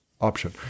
option